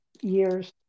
years